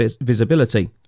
visibility